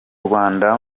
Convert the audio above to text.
rwanda